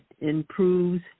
improves